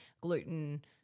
gluten